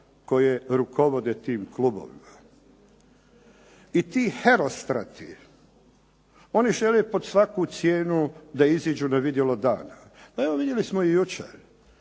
koje rukovode tim klubovima. I ti hrostrati, oni žele pod svaku cijenu da iziđu na vidjelo dana. Pa evo vidjeli smo i jučer.